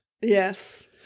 Yes